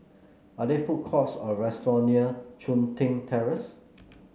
are there food courts or restaurant near Chun Tin Terrace